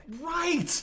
Right